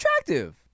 attractive